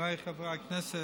חבריי חברי הכנסת,